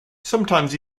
sometimes